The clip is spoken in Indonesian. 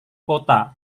kota